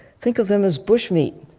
think of them as bush meat,